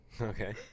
Okay